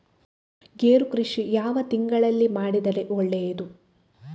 ಗೇರು ಕೃಷಿ ಯಾವ ತಿಂಗಳಲ್ಲಿ ಮಾಡಿದರೆ ಒಳ್ಳೆಯದು?